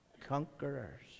conquerors